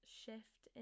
shift